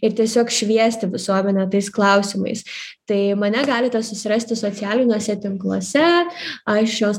ir tiesiog šviesti visuomenę tais klausimais tai mane galite susirasti socialiniuose tinkluose aš šios